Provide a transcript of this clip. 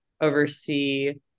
oversee